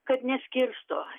kad neskirsto